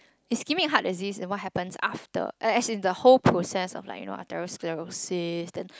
ischemic heart disease and what happens after as as in the whole process of like you know arteriosclerosis then